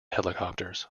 helicopters